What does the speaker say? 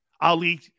Ali